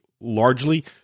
largely